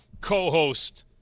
co-host